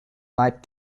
light